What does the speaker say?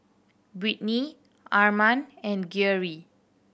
Britny Arman and Geary